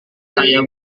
saya